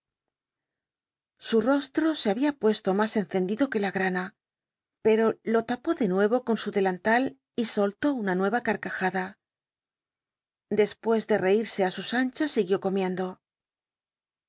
su rostro se babia puesto mas encendido que la grana pero lo tapó de nueyo con su delantal y soltó una nueva c wcajada despues de roitse á sus anchas siguió comiendo